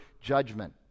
judgment